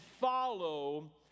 follow